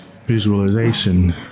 visualization